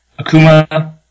Akuma